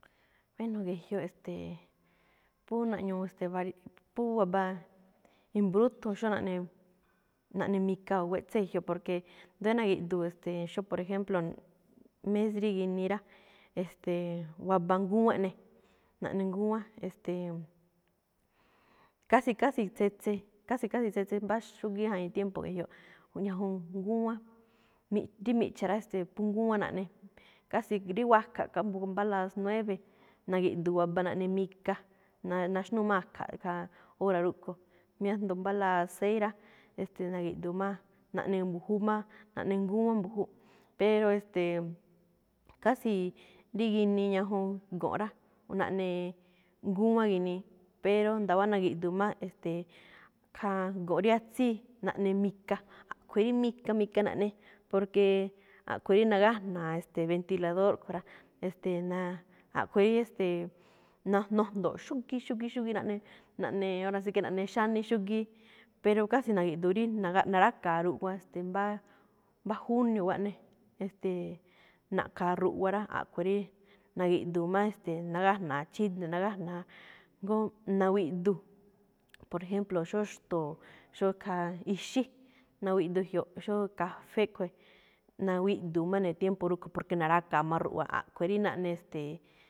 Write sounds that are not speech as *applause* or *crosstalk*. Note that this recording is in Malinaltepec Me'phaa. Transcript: Bueno, ge̱jyoꞌ e̱ste̱e̱, phú naꞌñuu, e̱ste̱e̱, var- phú waba i̱mbrúthun xóo jaꞌnii, naꞌne mika o nguéꞌtsén ge̱ꞌjyoꞌ, porque ndóo na̱gi̱ꞌdu̱u̱n, xóo por ejemplo, mes rí ginii rá, e̱ste̱e̱, waba ngúwán eꞌne, naꞌne ngúwán, e̱ste̱e̱. *hesitation* casi, casi tsetse, casi casi tsetse mbá xúgíí jañii tiempo ge̱jyoꞌ ñajuun ngúwán. Miꞌ-rí miꞌcha̱ rá, ste̱e̱, phú ngúwán naꞌne, casi rí wakha̱ꞌ kha mbá las nueve, na̱gi̱ꞌdu̱u̱n waba naꞌne mika, na- naxnúu máꞌ a̱kha̱ꞌ khaa hora rúꞌkho̱. Mí asndo mbá las seis rá, e̱ste̱e̱, na̱gi̱ꞌdu̱u̱n má, naꞌne mbu̱jú máꞌ, naꞌne ngúwán mbu̱júꞌ, pero e̱ste̱e̱, casi rí ginii ñajuu go̱nꞌ rá, naꞌne ngúwán ginii, pero nda̱wa̱á na̱gi̱ꞌdu̱u̱n máꞌ, e̱ste̱e̱, khaa go̱nꞌ rí atsíi, naꞌne mika. A̱ꞌkhue̱n rí mika, mika naꞌne, porque a̱ꞌkhue̱n rí nagájna̱a, e̱ste̱e̱, ventilador kho̱ rá, e̱ste̱e̱, naa, a̱khue̱n rí e̱ste̱e̱, no- nojndo̱oꞌ xúgíí, xúgíí, xúgíí, naꞌne, naꞌne, hora sí que naꞌne xání xúgíí. Pero casi na̱gi̱ꞌdu̱u̱n rí na̱ráka̱a ruꞌwa mbá, mbá junio wáa eꞌne, e̱ste̱e̱, na̱ꞌkha̱a ruꞌwa rá, a̱ꞌkhue̱n rí na̱gi̱ꞌdu̱u̱n má, e̱ste̱e̱, nagájna̱a chíde̱, nagájna̱a, jngó nawiꞌdu. Por ejemplo, xóo xto̱o̱, xóo khaa ixí, nawiꞌdu jyoꞌ, xóo kafé khue̱n, nawiꞌdu̱u máꞌ ne̱ tiempo rúꞌkho̱ꞌ, porque má ruꞌwa, a̱ꞌkhue̱n rí naꞌne, ste̱e̱.